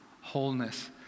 wholeness